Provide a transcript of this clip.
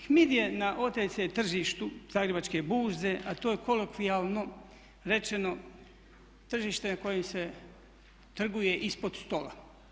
HMID je na OTC tržištu Zagrebačke burze a to je kolokvijalno rečeno tržište na kojem se trguje ispod stola.